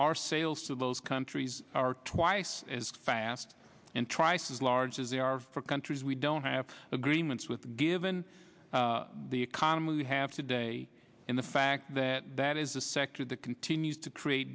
our sales to those countries are twice as fast and triste as large as they are for countries we don't have agreements with given the economy we have today in the fact that that is a sector that continues to create